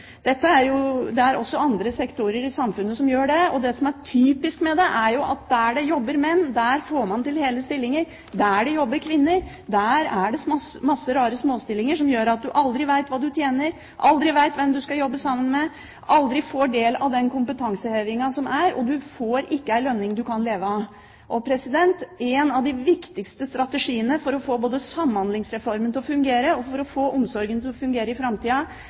det, og det som er typisk med det, er at der det jobber menn, får man til hele stillinger. Der det jobber kvinner, er det mange rare småstillinger, som gjør at du aldri vet hva du tjener, aldri vet hvem du skal jobbe sammen med, aldri får del av den kompetansehevingen som er, og du får ikke en lønn du kan leve av. En av de viktigste strategiene for å få Samhandlingsreformen til å fungere og for å få omsorgen til å fungere i framtida